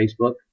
Facebook